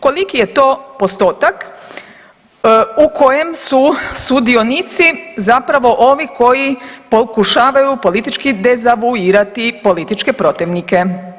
Koliki je to postotak u kojem su sudionici zapravo ovi koji pokušavaju politički dezavuirati političke protivnike?